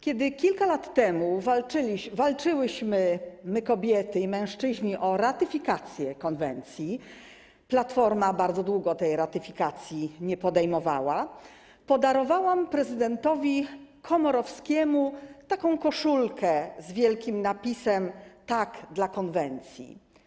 Kiedy kilka lat temu walczyliśmy, my, kobiety i mężczyźni, o ratyfikację konwencji, Platforma bardzo długo tej ratyfikacji nie podejmowała, podarowałam prezydentowi Komorowskiemu koszulkę z wielkim napisem: Tak dla konwencji.